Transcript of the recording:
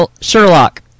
Sherlock